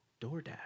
DoorDash